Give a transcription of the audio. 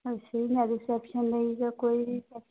ਅੱਛਾ ਜੀ marriage reception ਲਈ ਜਾਂ ਕੋਈ ਰਿਸੈਪਸ਼ਨ